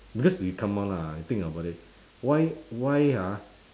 because we come on lah you think about it why why ah